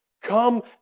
Come